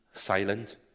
silent